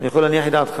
אני יכול להניח את דעתך.